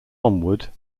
onward